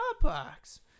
smallpox